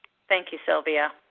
thank you, silvia.